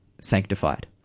sanctified